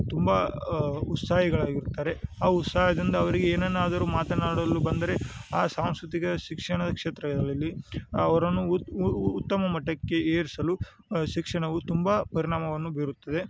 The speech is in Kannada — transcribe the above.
ತುಂಬ ಉತ್ಸಾಹಿಗಳಾಗಿರುತ್ತಾರೆ ಆ ಉತ್ಸಾಹದಿಂದ ಅವರಿಗೆ ಏನನ್ನಾದರೂ ಮಾತನಾಡಲು ಬಂದರೆ ಆ ಸಾಂಸ್ಕೃತಿಕ ಶಿಕ್ಷಣದ ಕ್ಷೇತ್ರದಲ್ಲಿ ಅವರನ್ನು ಉತ್ತಮ ಮಟ್ಟಕ್ಕೆ ಏರಿಸಲು ಶಿಕ್ಷಣವು ತುಂಬ ಪರಿಣಾಮವನ್ನು ಬೀರುತ್ತದೆ